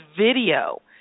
video